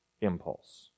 impulse